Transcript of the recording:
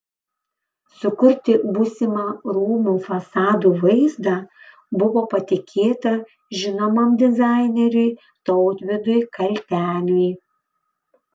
sukurti būsimą rūmų fasadų vaizdą buvo patikėta žinomam dizaineriui tautvydui kalteniui